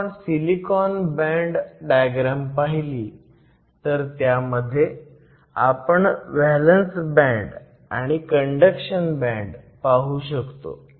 जर आपण silicon band diagram पाहिली तर त्यामध्ये आपण व्हॅलंस बँड आणि कंडक्शन बँड पाहू शकतो